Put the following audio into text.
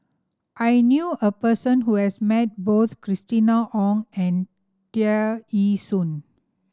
I knew a person who has met both Christina Ong and Tear Ee Soon